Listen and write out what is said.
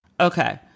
Okay